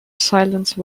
silence